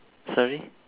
sorry